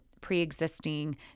pre-existing